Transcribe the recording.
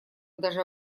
даже